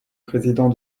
président